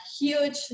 huge